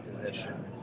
position